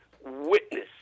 witness